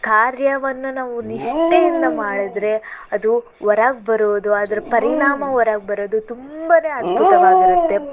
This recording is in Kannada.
ಕಾರ್ಯವನ್ನು ನಾವು ನಿಷ್ಠೆಯಿಂದ ಮಾಡಿದರೆ ಅದು ಹೊರಗೆ ಬರೋದು ಅದರ ಪರಿಣಾಮ ಹೊರಗೆ ಬರೋದು ತುಂಬನೇ ಅದ್ಭುತವಾಗಿರುತ್ತೆ